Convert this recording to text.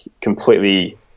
completely